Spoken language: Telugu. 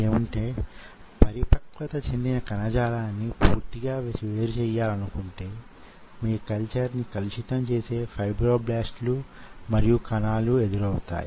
అందువలన అవి యాంత్రికమైన సంకోచించే చర్యలను ప్రదర్శించ గలిగితే యాంత్రికమైన యే చర్య అయినా శక్తిని ఉత్పన్నం చేయగలదని మనం గ్రహించగలం